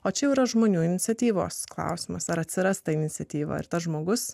o čia yra žmonių iniciatyvos klausimas ar atsiras ta iniciatyva ir tas žmogus